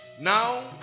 Now